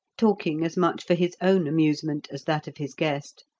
talking as much for his own amusement as that of his guest.